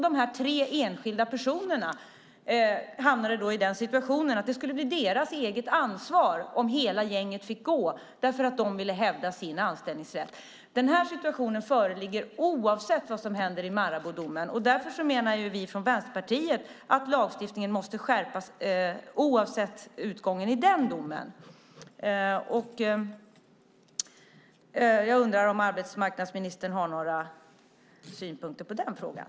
De här tre enskilda personerna hamnade i en sådan situation att det skulle bli deras eget ansvar om hela gänget fick gå därför att de ville hävda sin anställningsrätt. Den här situationen föreligger oavsett vad som händer i Maraboudomen. Därför menar vi från Vänsterpartiet att lagstiftningen måste skärpas oavsett utgången i den domen. Jag undrar om arbetsmarknadsministern har några synpunkter på den frågan.